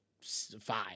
five